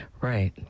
right